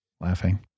laughing